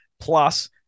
Plus